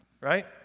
right